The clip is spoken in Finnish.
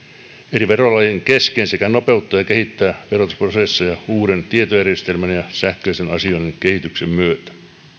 eri verolajien kesken sekä nopeuttaa ja kehittää verotusprosesseja uuden tietojärjestelmän ja sähköisen asioinnin kehityksen myötä